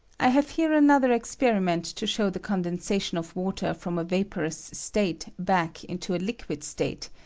i have here another experiment to show the condensation of water from a vaporous state back into a liquid state,